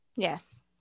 Yes